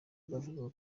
bavugaga